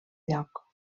lloc